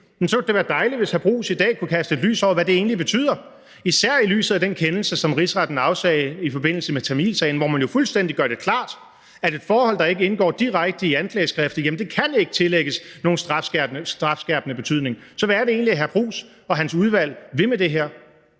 et, ville det da være dejligt, hvis hr. Jeppe Bruus i dag kunne kaste lidt lys over, hvad det egentlig betyder, især i lyset af den kendelse, som Rigsretten afsagde i forbindelse med tamilsagen, hvor man jo gjorde det fuldstændig klart, at et forhold, der ikke indgår direkte i anklageskriftet, ikke kan tillægges nogen strafskærpende betydning. Så hvad er det egentlig, hr. Jeppe Bruus og hans udvalg vil med det her?